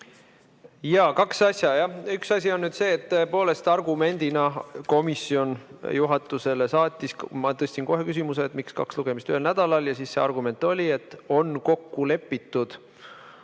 Jaa. Kaks asja. Üks asi on see, et tõepoolest argumendina komisjon selle juhatusele saatis. Ma tõstsin kohe küsimuse, et miks on kaks lugemist ühel nädalal, ja siis see argument oli, et on kokku lepitud,